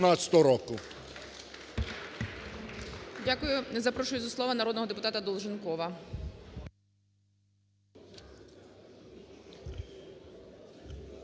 Дякую. Запрошую до слова народного депутата Галасюка.